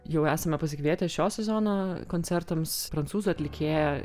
jau esame pasikvietę šio sezono koncertams prancūzų atlikėją